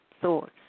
thoughts